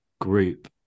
group